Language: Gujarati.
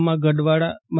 માં ગડવાળા મા